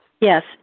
Yes